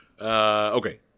Okay